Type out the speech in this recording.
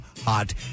hot